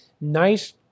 Nice